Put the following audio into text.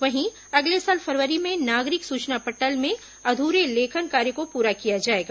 वहीं अगले साल फरवरी में नागरिक सुचना पटल में अधूरे लेखन कार्य को पूरा किया जाएगा